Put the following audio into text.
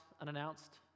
unannounced